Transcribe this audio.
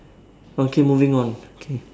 okay moving on okay